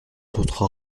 notre